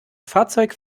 fahrzeug